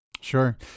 Sure